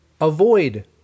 avoid